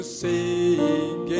sing